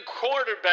quarterback